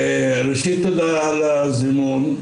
ראשית תודה על הזימון,